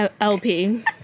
LP